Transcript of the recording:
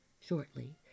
shortly